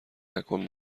مکان